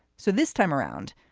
so this time around,